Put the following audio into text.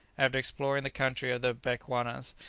after exploring the country of the bechuanas,